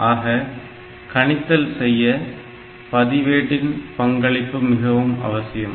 ஆக கணித்தல் செயலை செய்ய பதிவேட்டின் பங்களிப்பு மிக அவசியம்